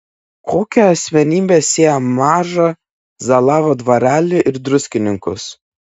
kokia asmenybė sieja mažą zalavo dvarelį ir druskininkus